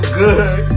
good